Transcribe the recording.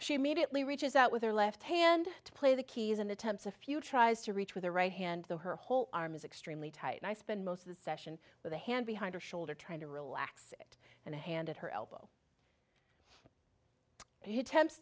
she immediately reaches out with her left hand to play the keys and attempts a few tries to reach with the right hand though her whole arm is extremely tight and i spend most of the session with a hand behind her shoulder trying to relax it and a hand at her elbow